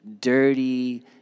dirty